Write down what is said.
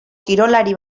kirolari